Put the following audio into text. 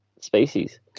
Species